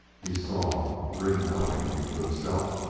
he saw, grinned knowingly to himself,